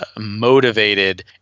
motivated